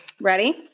Ready